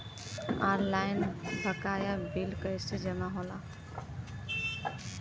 Online बकाया bill कैसे जमा होला?